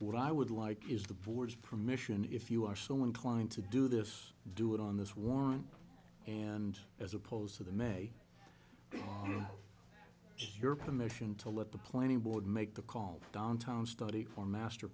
what i would like is the board's permission if you are so inclined to do this do it on this one and as opposed to the may just your permission to let the planning board make the call downtown study for master